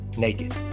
Naked